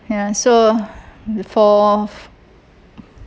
ya so for